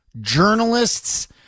journalists